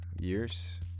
years